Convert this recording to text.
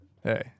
Hey